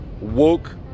woke